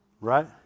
Right